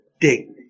dignity